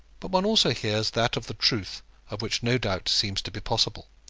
but one also hears that of the truth of which no doubt seems to be possible.